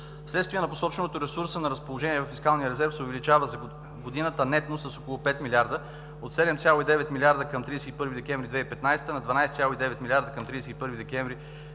Вследствие на посоченото, ресурсът на разположение във фискалния резерв се увеличава за годината нетно с около 5 млрд. – от 7,9 млрд. лв. към 31 декември 2015 г. на 12,9 млрд. лв. към 31 декември